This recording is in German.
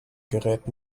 gerät